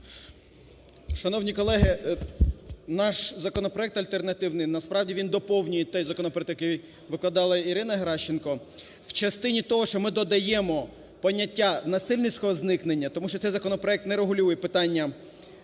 Шановні колеги, наш законопроект альтернативний, насправді, він доповнює той законопроект, який викладала Ірина Геращенко, в частині того, що ми додаємо поняття насильницького зникнення, тому що цей законопроект не регулює питання